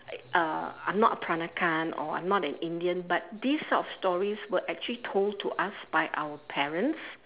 uh I'm not a peranakan or I'm not an indian but these sort of stories were actually told to us by our parents